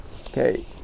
Okay